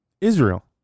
Israel